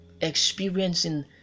experiencing